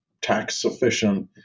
tax-sufficient